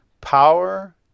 Power